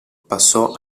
passò